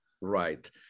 right